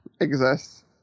exists